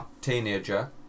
teenager